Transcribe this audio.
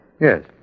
Yes